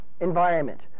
environment